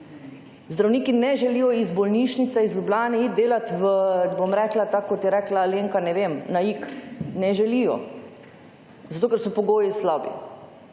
Zdravniki ne želijo iz bolnišnice iz Ljubljane iti delati v, bom rekla, tako kot je rekla Alenka, ne vem, na Ig, ne želijo, zato ker so pogoji slabi.